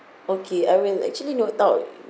okay I will actually note out